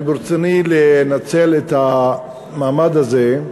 ברצוני לנצל את המעמד הזה,